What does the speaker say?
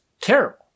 terrible